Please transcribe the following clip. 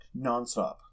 nonstop